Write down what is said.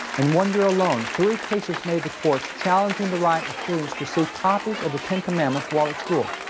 in one year alone, three cases made the courts challenging the right of students to see copies of the ten commandments while at school.